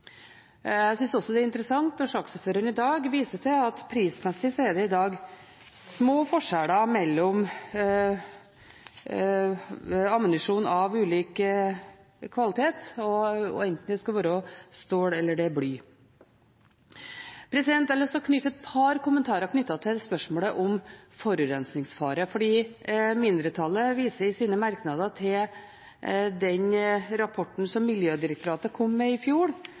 Jeg synes også det er interessant at saksordføreren i dag viser til at prismessig er det i dag små forskjeller mellom ammunisjon av ulik kvalitet, enten den er av stål, eller den er av bly. Jeg har lyst til å knytte et par kommentarer til spørsmålet om forurensningsfare. Mindretallet viser i sine merknader til den rapporten som Miljødirektoratet kom med i fjor